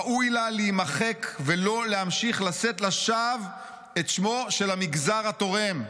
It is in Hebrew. ראוי לה להימחק ולא להמשיך לשאת לשווא את שמו של המגזר התורם."